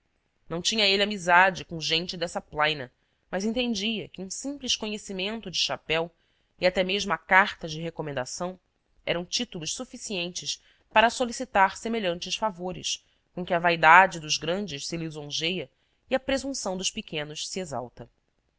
não tinha ele amizade com gente dessa plaina mas entendia que um simples conhecimento de chapéu e até mesmo a carta de recomendação eram títulos suficientes para solicitar semelhantes favores com que a vaidade dos grandes se lisonjeia e a presunção dos pequenos se exalta